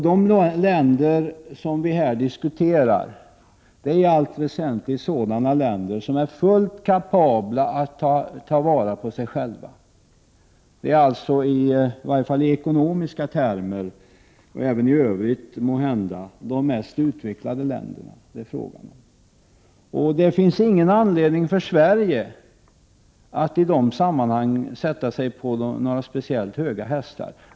De länder som vi här diskuterar är i allt väsentligt länder som är fullt kapabla att ta vara på sig själva. Det är de i ekonomiska avseenden och även i övrigt mest utvecklade länderna det är fråga om. Det finns ingen anledning för Sverige att i det sammanhanget sätta sig på några speciellt höga hästar.